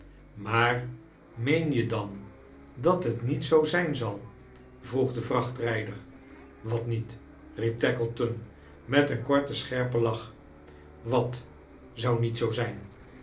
maar meen je dan dat t niet zoo zijn zal vroeg de vraohtrijdeir wat niet riep tackleton met een korten scherpen lach wat zou niet zoo zijn